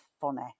funny